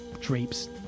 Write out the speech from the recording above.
drapes